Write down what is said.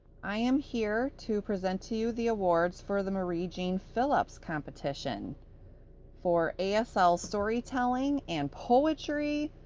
i am here to present to you the awards for the marie jean philip's competition for asl storytelling and poetry,